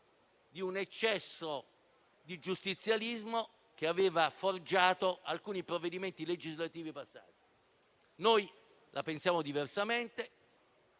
di un eccesso di giustizialismo che ha forgiato alcuni passati provvedimenti legislativi. Noi la pensiamo diversamente